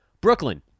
Brooklyn